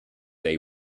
day